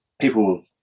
people